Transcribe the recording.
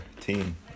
team